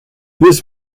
this